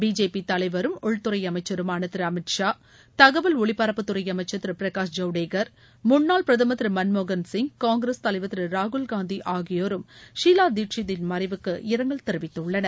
BJP தலைவரும் உள்துறை அமைச்சருமான திரு அமித் ஷா தகவல் ஒலிபரப்புத்துறை அமைச்சர் திர பிரகாஷ் ஜவடேகர் முன்னாள் பிரதமர் திரு மன்மோகன்சிங் காங்கிரஸ் தலைவர் திரு ராகுல்காந்தி ஆகியோரும் ஷீலா தீட்சித்தின் மறைவுக்கு இரங்கல் தெரிவித்துள்ளனர்